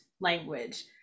language